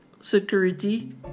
security